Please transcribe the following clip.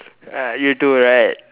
uh you too right